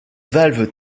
valve